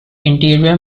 interior